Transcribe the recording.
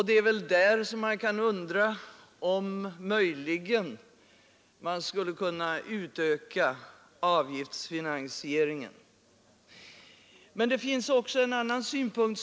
Det är väl där som man kan undra om man möjligen skulle kunna utöka avgiftsfinansieringen. Men det finns också en annan synpunkt.